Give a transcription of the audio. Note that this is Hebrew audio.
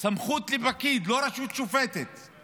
לא רשות שופטת, הוא